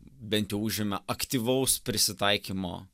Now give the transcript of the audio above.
bent jau užima aktyvaus prisitaikymo